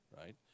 right